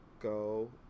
go